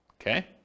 Okay